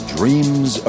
Dreams